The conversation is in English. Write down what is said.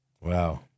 Wow